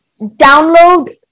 download